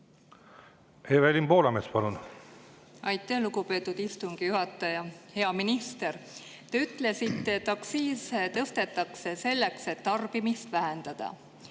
Evelin Poolamets, palun! Aitäh, lugupeetud istungi juhataja! Hea minister! Te ütlesite, et aktsiise tõstetakse selleks, et tarbimist vähendada.